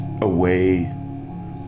away